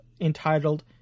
entitled